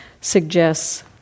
suggests